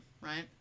right